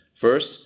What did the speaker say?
first